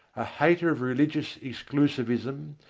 a hater of religious exclusivism,